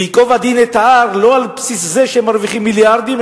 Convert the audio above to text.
וייקוב הדין את ההר לא על בסיס זה שמרוויחים מיליארדים,